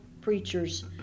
preachers